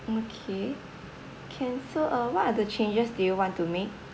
okay can so uh what are the changes do you want to make